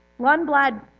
Lundblad